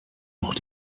noch